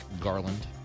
Garland